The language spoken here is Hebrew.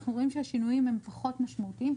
אנחנו רואים שהשינויים הם פחות משמעותיים.